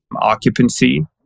occupancy